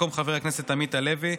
במקום חבר הכנסת עמית הלוי,